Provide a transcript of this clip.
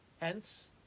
Hence